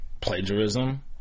plagiarism